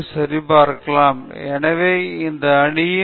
ஒருவேளை eigen values எதிர்மறை என்றால் நிலையான புள்ளி அதிகபட்சமாக இருக்கும்